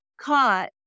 caught